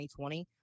2020